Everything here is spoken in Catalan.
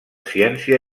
ciència